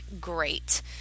great